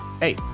Hey